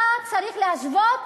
אתה צריך להשוות